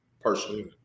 personally